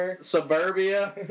suburbia